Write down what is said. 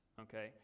Okay